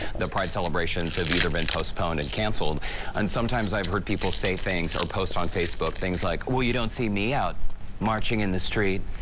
the pride celebrations have either been postponed and canceled and sometimes i've heard people say things or post on facebook things like well, you don't see me out marching in the streets,